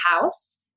house